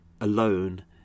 alone